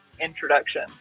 introduction